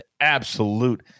absolute